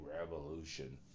Revolution